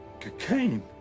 Cocaine